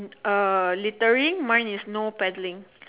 uh littering mine is no paddling